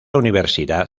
universidad